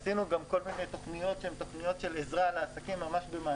עשינו גם כל מיני תכניות של עזרה לעסקים במענקים.